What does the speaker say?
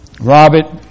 Robert